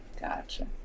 Gotcha